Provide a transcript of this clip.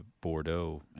Bordeaux